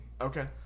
Okay